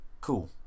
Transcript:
cool